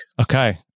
Okay